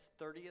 30th